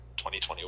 2021